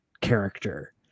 character